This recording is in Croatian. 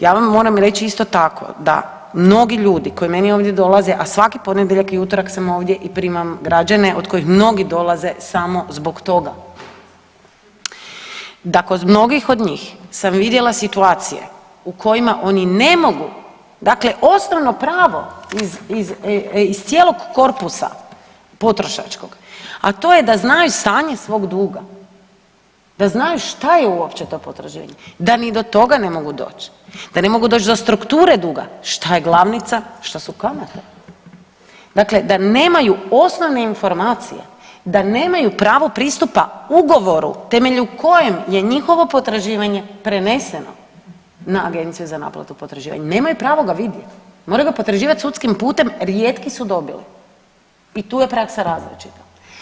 Ja vam moram reći isto tako da mnogi ljudi koji meni ovdje dolaze, a svaki ponedjeljak i utorak sam ovdje i primam građane od kojih mnogi dolaze samo zbog toga, da kod mnogih od njih sam vidjela situacije u kojima one ne mogu, dakle osnovno pravo iz cijelog korpusa potrošačkog, a to je da znaju stanje svog duga, da znaju šta je uopće to potraživanje, da ni do toga ne mogu doći, da ne mogu doć do strukture duga šta je glavnica, šta su kamate, dakle da nemaju osnovne informacije, da nemaju pravo pristupa ugovoru temeljem kojeg je njihovo potraživanje preneseno na Agencije za naplatu potraživanja, nemaju pravo ga vidjet, moraju ga potraživat sudskim putem, rijetki su dobili i tu je praksa različita.